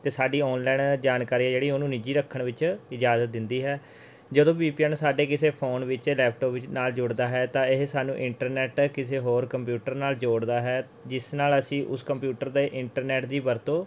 ਅਤੇ ਸਾਡੀ ਓਨਲਾਈਨ ਜਾਣਕਾਰੀ ਹੈ ਜਿਹੜੀ ਉਹਨੂੰ ਨਿੱਜੀ ਰੱਖਣ ਵਿੱਚ ਇਜਾਜ਼ਤ ਦਿੰਦੀ ਹੈ ਜਦੋਂ ਵੀ ਪੀ ਐੱਨ ਸਾਡੇ ਕਿਸੇ ਫੋਨ ਵਿੱਚ ਲੈਪਟੋਪ ਵਿੱਚ ਨਾਲ ਜੁੜਦਾ ਹੈ ਤਾਂ ਇਹ ਸਾਨੂੰ ਇੰਟਰਨੈਟ ਕਿਸੇ ਹੋਰ ਕੰਪਿਊਟਰ ਨਾਲ ਜੋੜਦਾ ਹੈ ਜਿਸ ਨਾਲ ਅਸੀਂ ਉਸ ਕੰਪਿਊਟਰ 'ਤੇ ਇੰਟਰਨੈਟ ਦੀ ਵਰਤੋਂ